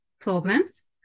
problems